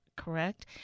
correct